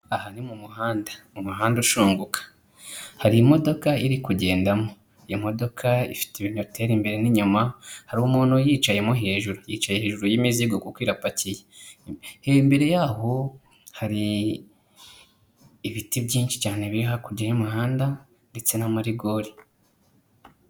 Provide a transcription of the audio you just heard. Aha ni mu muhanda, umuhanda ushunguka, hari imodoka iri kugendamo, imodoka ifite ibintu ibinyoteri imbere n'inyuma, hari umuntu uyicayemo hejuru, yicaye hejuru yimizigo kuko irapakiye, imbere yaho hari ibiti byinshi cyane biri hakurya y'umuhanda ndetse n'amarigori.